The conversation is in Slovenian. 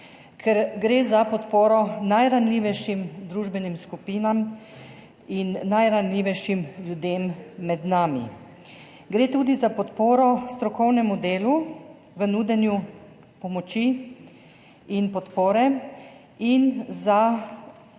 ker gre za podporo najranljivejšim družbenim skupinam in najranljivejšim ljudem med nami. Gre tudi za podporo strokovnemu delu v nudenju pomoči in podpore ter za